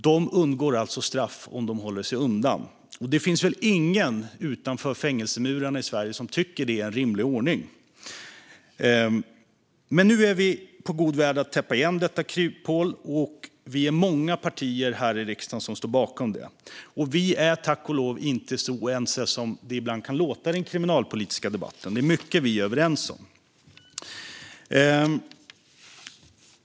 De undgår alltså straff om de håller sig undan. Och det finns väl ingen utanför fängelsemurarna i Sverige som tycker att det är en rimlig ordning. Men nu är vi på god väg att täppa igen detta kryphål, och vi är många partier här i riksdagen som står bakom det. Vi är tack och lov inte så oense som det ibland kan låta i den kriminalpolitiska debatten. Det är mycket som vi är överens om.